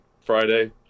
Friday